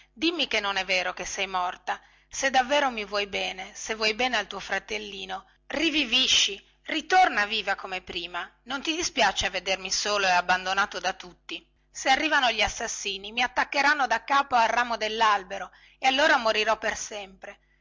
dimmi che non è vero che sei morta se davvero mi vuoi bene se vuoi bene al tuo fratellino rivivisci ritorna viva come prima non ti dispiace a vedermi solo e abbandonato da tutti se arrivano gli assassini mi attaccheranno daccapo al ramo dellalbero e allora morirò per sempre